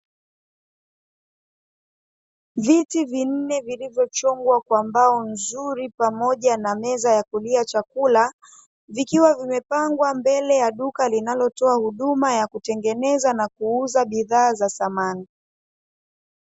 Viti vinne vilivyochongwa kwa mbao nzuri pamoja na meza ya kulia chakula, vikiwa vimepangwa katika duka mbele ya duka linalotoa huduma ya kutengeneza na kuuza bidhaa za samani.